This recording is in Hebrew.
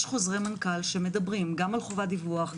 יש חוזרי מנכ"ל גם על חובת דיווח,